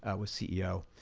ah was ceo.